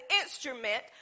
instrument